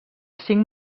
cinc